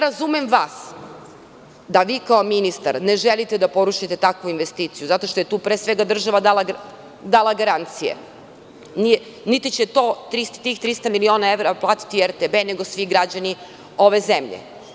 Razumem vas da vi kao ministar ne želite da porušite takvu investiciju zato što je tu država dala garancije, niti će tih 300 miliona evra platiti RTB, nego svi građani ove zemlje.